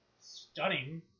Stunning